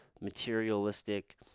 materialistic